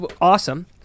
awesome